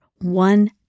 one